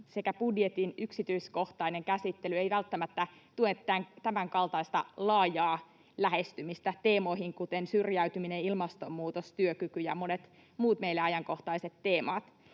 budjetin yksityiskohtainen käsittely eivät välttämättä tue tämänkaltaista laajaa lähestymistä sellaisiin teemoihin kuin syrjäytyminen, ilmastonmuutos, työkyky ja monet muut meille ajankohtaiset teemat.